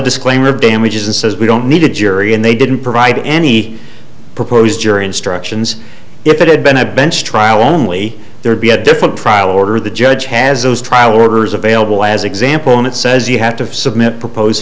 disclaimer of damages and says we don't need a jury and they didn't provide any proposed jury instructions if it had been a bench trial only there'd be a different trial order the judge has those trial orders available as example and it says you have to submit propose